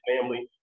family